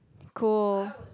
cool